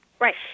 Right